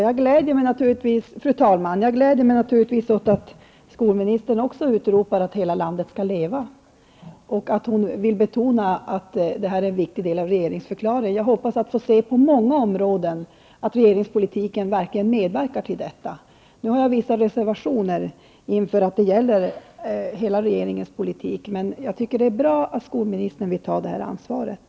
Fru talman! Jag gläder mig naturligtvis åt att också skolministern utropar att hela landet skall leva och att hon vill betona att det är en viktig del av regeringsförklaringen. Jag hoppas att få se på många områden att regeringspolitiken verkligen medverkar till detta. Nu har jag vissa reservationer inför att det gäller regeringens hela politik, men jag tycker att det är bra att skolministern vill ta det här ansvaret.